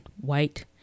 white